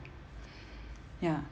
ya